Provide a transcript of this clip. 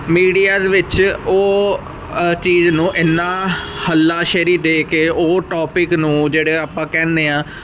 media ਦੇ ਵਿੱਚ ਉਹ ਚੀਜ਼ ਨੂੰ ਇੰਨਾਂ ਹੱਲਾਸ਼ੇਰੀ ਦੇ ਕੇ ਉਹ ਟੋਪਿਕ ਨੂੰ ਜਿਹੜੇ ਆਪਾਂ ਕਹਿੰਦੇ ਹਾਂ